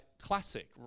classic